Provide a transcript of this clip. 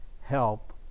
help